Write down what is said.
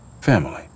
Family